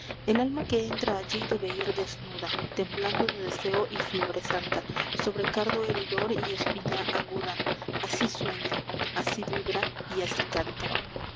el alma que entra allí debe ir desnuda temblando de deseo y fiebre santa sobre cardo heridor y espina aguda así sueña así vibra y así canta